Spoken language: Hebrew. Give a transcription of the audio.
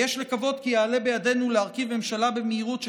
ויש לקוות כי יעלה בידינו להרכיב במהירות ממשלה